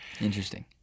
Interesting